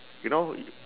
you know